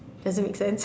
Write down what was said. does it make sense